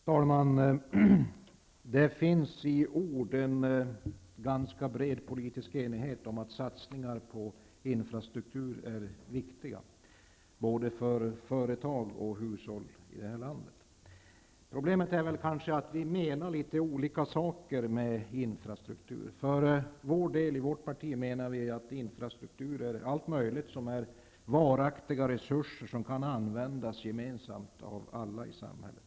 Herr talman! Det finns i ord en ganska bred politisk enighet om att satsningar på infrastrukturen är viktiga både för företag och för hushåll i det här landet. Problemet är att vi menar litet olika saker med infrastruktur. I vårt parti menar vi att infrastruktur är allt möjligt som är varaktiga resurser som kan användas gemensamt av alla i samhället.